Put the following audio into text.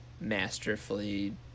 masterfully